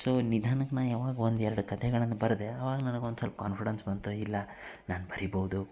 so ನಿಧಾನಕ್ಕೆ ನಾ ಯಾವಾಗ ಒಂದೆರಡು ಕಥೆಗಳನ್ನು ಬರೆದೆ ಅವಾಗ ನನ್ಗೊಂದು ಸಲ್ಪ ಕಾನ್ಫಿಡೆನ್ಸ್ ಬಂತು ಇಲ್ಲ ನಾನು ಬರಿಬೌದು